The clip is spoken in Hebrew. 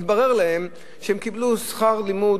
התברר להם שהם קיבלו שכר לימוד,